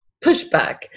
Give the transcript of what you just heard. pushback